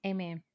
Amen